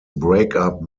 breakup